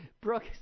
Brooke